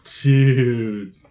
dude